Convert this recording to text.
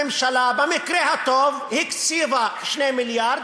הממשלה במקרה הטוב הקציבה 2 מיליארד,